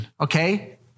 Okay